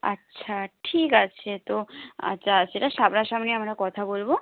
আচ্ছা ঠিক আছে তো আচ্ছা সেটা সামনাসামনি আমরা কথা বলব